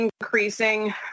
increasing